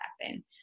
happen